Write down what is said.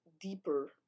deeper